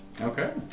Okay